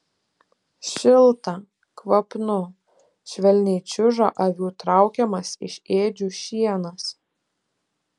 šilta kvapnu švelniai čiuža avių traukiamas iš ėdžių šienas